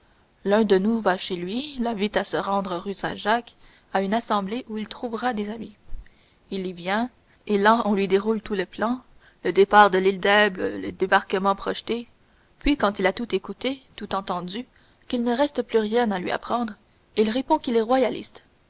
l'un de nous va chez lui l'invite à se rendre rue saint-jacques à une assemblée où il trouvera des amis il y vient et là on lui déroule tout le plan le départ de l'île d'elbe le débarquement projeté puis quand il a tout écouté tout entendu qu'il ne reste plus rien à lui apprendre il répond qu'il est royaliste